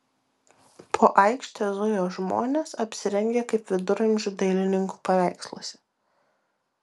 po aikštę zujo žmonės apsirengę kaip viduramžių dailininkų paveiksluose